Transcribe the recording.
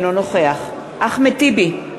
אינו נוכח אחמד טיבי,